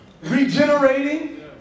regenerating